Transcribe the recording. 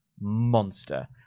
monster